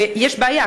ויש בעיה,